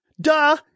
Duh